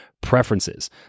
preferences